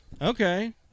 Okay